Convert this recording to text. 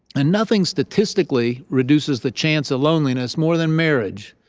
and nothing statistically reduces the chance of loneliness more than marriage,